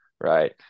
right